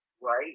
Right